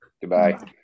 Goodbye